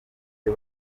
byo